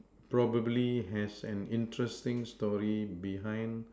probably has an interesting story behind